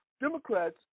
democrats